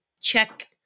check